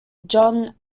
jong